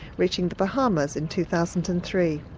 reaching the bahamas in two thousand and three.